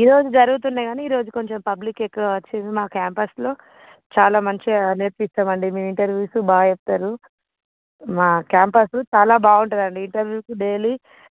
ఈ రోజు జరుగుతున్నాయి కానీ ఈ రోజు కొంచం పబ్లిక్ ఎక్కువ వచ్చిర్రు మా క్యాంపస్లో చాలా మంచిగా నేర్పిస్తాం అండి మీ ఇంటర్వూస్ బాగా చెప్తారు మా క్యాంపస్ చాలా బాగుంటుంది అండి ఇంటర్వూస్ డైలీ